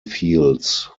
fields